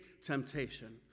temptation